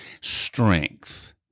strength